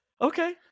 Okay